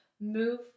move